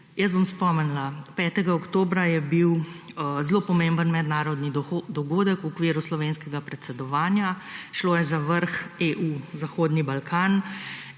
Jaz bom spomnila, 5. oktobra je bil zelo pomemben mednarodni dogodek v okviru slovenskega predsedovanja. Šlo je za vrh EU zahodni Balkan.